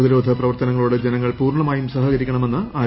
പ്രതിരോധ പ്രവർത്തനങ്ങളോട് ജനങ്ങൾ പൂർണ്ണമായും സഹകരിക്കണമെന്ന് ആരോഗ്യമന്ത്രി